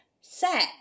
set